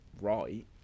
right